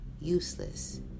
useless